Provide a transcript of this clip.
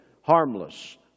harmless